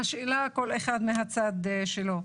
השאלה כל אחד מהצד שלו.